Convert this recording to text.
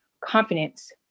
confidence